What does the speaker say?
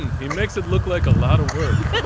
and he makes it look like a lot of work.